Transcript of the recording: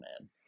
man